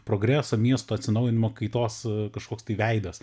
progreso miesto atsinaujinimo kaitos kažkoks tai veidas